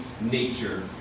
nature